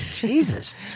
Jesus